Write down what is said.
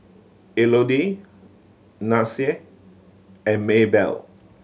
Elodie Nyasia and Maybell